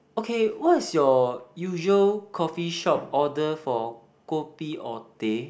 okay what is your usual coffee shop order for kopi or teh